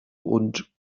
und